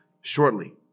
shortly